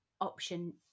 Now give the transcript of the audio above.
option